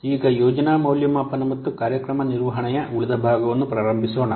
ಈಗ ಯೋಜನಾ ಮೌಲ್ಯಮಾಪನ ಮತ್ತು ಕಾರ್ಯಕ್ರಮ ನಿರ್ವಹಣೆಯ ಉಳಿದ ಭಾಗವನ್ನು ಪ್ರಾರಂಭಿಸೋಣ